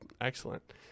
excellent